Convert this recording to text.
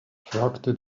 fragte